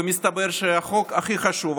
ומסתבר שהחוק הכי חשוב,